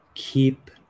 keep